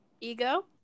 Ego